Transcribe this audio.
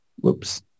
Whoops